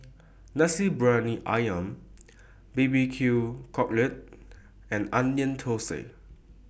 Nasi Briyani Ayam B B Q Cockle and Onion Thosai